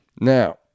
now